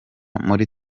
muri